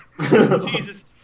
Jesus